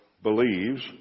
believes